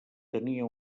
tenia